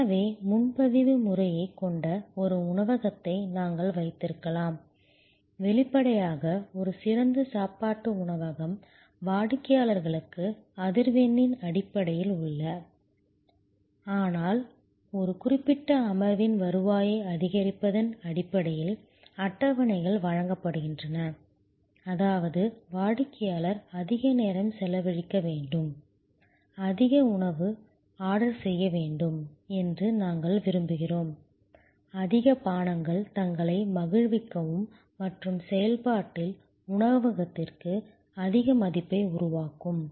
எனவே முன்பதிவு முறையைக் கொண்ட ஒரு உணவகத்தை நாங்கள் வைத்திருக்கலாம் வெளிப்படையாக ஒரு சிறந்த சாப்பாட்டு உணவகம் வாடிக்கையாளர்களுக்கு அதிர்வெண்ணின் அடிப்படையில் அல்ல ஆனால் ஒரு குறிப்பிட்ட அமர்வின் வருவாயை அதிகரிப்பதன் அடிப்படையில் அட்டவணைகள் வழங்கப்படுகின்றன அதாவது வாடிக்கையாளர் அதிக நேரம் செலவழிக்க வேண்டும் அதிக உணவை ஆர்டர் செய்ய வேண்டும் என்று நாங்கள் விரும்புகிறோம் அதிக பானங்கள் தங்களை மகிழ்விக்கவும் மற்றும் செயல்பாட்டில் உணவகத்திற்கு அதிக மதிப்பை உருவாக்கவும்